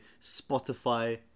Spotify